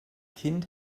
kind